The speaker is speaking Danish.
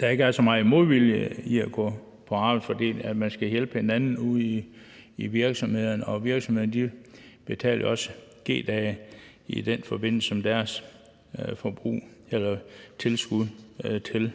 der ikke er så meget modvilje imod at gå på arbejdsfordeling, og at man skal hjælpe hinanden ude i virksomhederne. Virksomhederne betaler jo også G-dage i den forbindelse som deres tilskud til